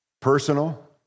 personal